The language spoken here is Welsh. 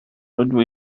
rydw